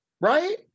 right